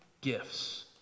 gifts